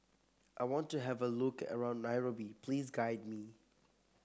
I want to have a look around Nairobi please guide me